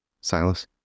Silas